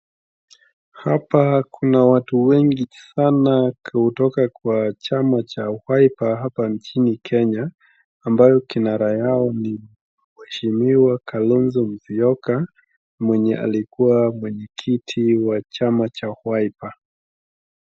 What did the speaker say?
Hapa kuna watu wengi sana kutoka kwa chama cha Wiper hapa nchini Kenya ambalo kinara yao ni mheshimiwa Kalonzo Musyoka mwenye alikua mwenye kiti wa chama cha wiper.